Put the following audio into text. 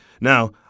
Now